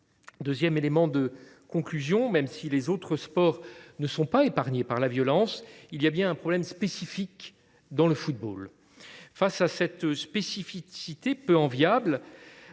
deuxième élément conclusif, même si les autres sports ne sont pas épargnés par la violence, il y a bien un problème spécifique dans le football. Face à cette spécificité peu enviable,